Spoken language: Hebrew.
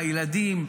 הילדים,